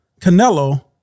Canelo